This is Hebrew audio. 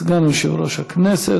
סגן יושב-ראש הכנסת.